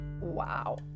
Wow